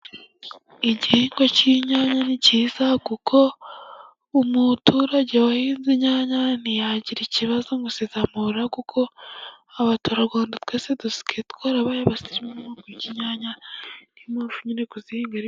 Igihingwa cy'inyanya ni cyiza, kuko umuturage wahinze inyanya ntiyagira ikibazo ngo zizamuboreraho, kuko abaturarwanda twese dusigaye twarabaye abasirimu mu kurya inyanya, ni yo mpamvu nyine kuzihinga ari...